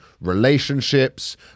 relationships